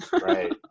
right